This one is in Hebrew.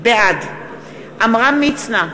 בעד עמרם מצנע,